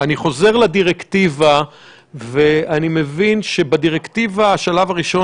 אני חוזר לדירקטיבה ואני מבין שבדירקטיבה השלב הראשון